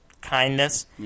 kindness